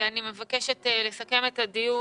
אני מבקשת לסכם את הדיון.